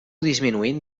disminuint